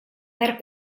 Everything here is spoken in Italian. per